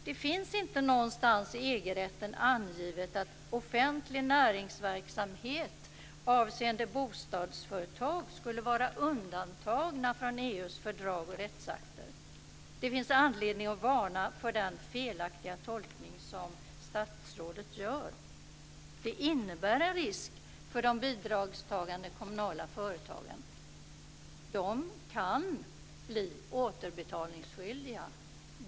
Det finns inte någonstans i EG-rätten angivet att offentlig näringsverksamhet avseende bostadsföretag skulle vara undantaget från EU:s fördrag och rättsakter. Det finns anledning att varna för den felaktiga tolkning som statsrådet gör. Det innebär en risk för de bidragstagande kommunala företagen. De kan bli återbetalningsskyldiga.